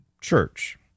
Church